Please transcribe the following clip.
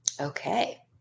Okay